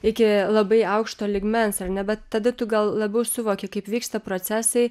iki labai aukšto lygmens ar ne bet tada tu gal labiau suvoki kaip vyksta procesai